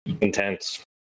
Intense